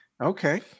Okay